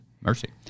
mercy